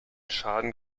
schaden